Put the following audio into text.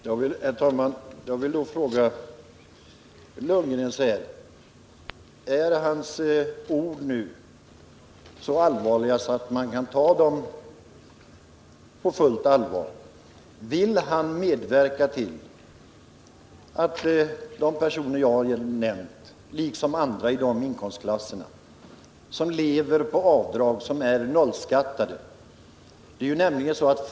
Herr talman! Jag vill fråga Bo Lundgren: Är Bo Lundgrens ord allvarligt menade? Vill Bo Lundgren medverka till att de personer jag har nämnt, liksom andra i de inkomstklasserna som lever på avdrag och är nolltaxerade, kommer att få betala högre skatt?